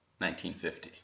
1950